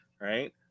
Right